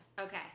Okay